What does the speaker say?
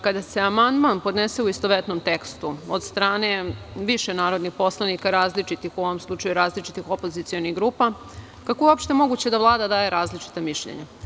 Kada se podnese amandman u istovetnom tekstu od strane više narodnih poslanika, u ovom slučaju različitih opozicionih grupa, kako je uopšte moguće da Vlada daje različita mišljenja?